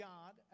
God